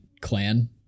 clan